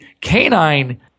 canine